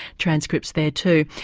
transcripts there too.